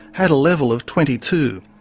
had a level of twenty two.